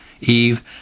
Eve